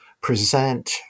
present